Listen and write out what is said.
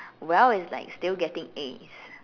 well is like still getting As